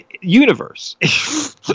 universe